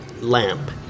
lamp